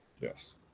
Yes